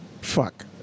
Fuck